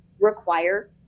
require